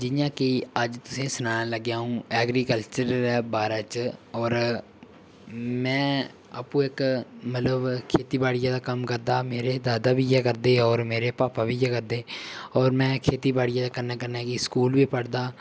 जि'यां कि अज्ज तुसेंगी सनान लग्गेआं अ'ऊं ऐग्रीकल्चर दे बारै च होर मैं आपू इक मतलब खेती बाड़ियै दा कम्म करदा मेरे दादा बी इ'यै करदे होर मेरे पापा बी इ'यै करदे होर मैं खेती बाड़ियै दे कन्नै कन्नै कि स्कूल बी पढ़दा